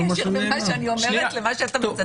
אין קשר בין מה שאני אומרת למה שאתה מצטט.